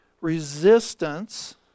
resistance